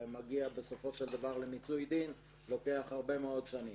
עד שהוא מגיע בסופו של דבר למיצוי הדין נדרשות הרבה מאוד שנים.